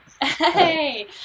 hey